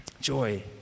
Joy